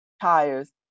tires